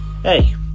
Hey